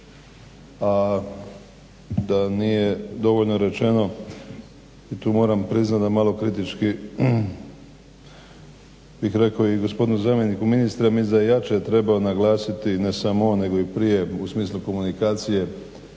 a da nije dovoljno rečeno i tu moram priznat da malo kritički bih rekao i gospodinu zamjeniku ministra, mislim da je jače trebao naglasiti ne samo on nego i prije u smislu komunikacije